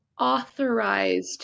authorized